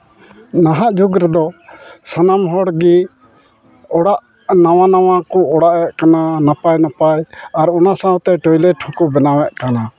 ᱱᱟᱦᱟᱜ ᱡᱩᱜᱽ ᱨᱮᱫᱚ ᱥᱟᱱᱟᱢ ᱦᱚᱲ ᱜᱮ ᱚᱲᱟᱜ ᱱᱟᱣᱟᱼᱱᱟᱣᱟ ᱠᱚ ᱚᱲᱟᱜ ᱮᱫ ᱠᱟᱱᱟ ᱱᱟᱯᱟᱭᱼᱱᱟᱨᱯᱟᱭ ᱟᱨ ᱚᱱᱟ ᱥᱟᱶᱛᱮ ᱴᱚᱭᱞᱮᱴ ᱦᱚᱠᱚ ᱵᱮᱱᱟᱣᱮᱫ ᱠᱟᱱᱟ